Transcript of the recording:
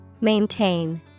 Maintain